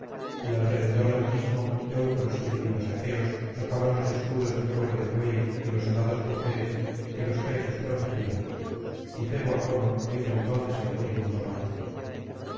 y alrededor del mismo teucros y divinos aqueos chocaban los escudos de cuero de buey y los alados broqueles que los pechos protegían y febo apolo dijo entonces al furibundo marte